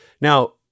Now